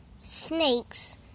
snakes